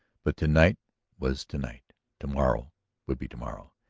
but to-night was to-night to-morrow would be to-morrow.